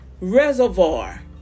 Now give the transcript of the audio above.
reservoir